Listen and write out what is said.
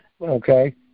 Okay